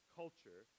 culture